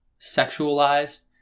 sexualized